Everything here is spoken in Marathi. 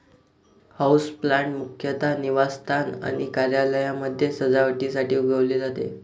हाऊसप्लांट मुख्यतः निवासस्थान आणि कार्यालयांमध्ये सजावटीसाठी उगवले जाते